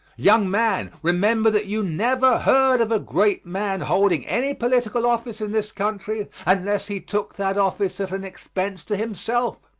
young man, remember that you never heard of a great man holding any political office in this country unless he took that office at an expense to himself.